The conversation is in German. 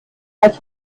als